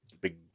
big